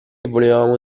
volevamo